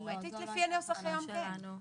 לפי הנוסח היום כן.